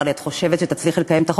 לי: את חושבת שתצליחי לקיים את החוק?